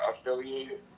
affiliated